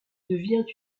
devient